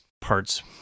parts